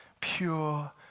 pure